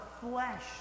flesh